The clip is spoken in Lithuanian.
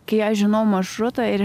kai aš žinau maršrutą ir